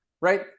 right